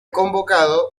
convocado